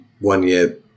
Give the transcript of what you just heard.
one-year